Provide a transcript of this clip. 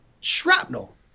shrapnel